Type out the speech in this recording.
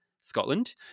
Scotland